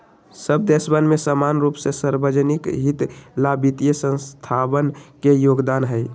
सब देशवन में समान रूप से सार्वज्निक हित ला वित्तीय संस्थावन के योगदान हई